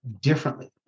differently